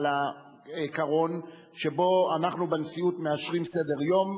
על העיקרון שבו אנחנו בנשיאות מאשרים סדר-יום,